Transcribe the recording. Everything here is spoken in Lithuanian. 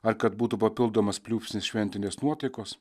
ar kad būtų papildomas pliūpsnis šventinės nuotaikos